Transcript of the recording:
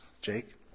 Jake